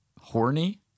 horny